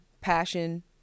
Passion